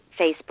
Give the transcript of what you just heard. Facebook